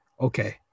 okay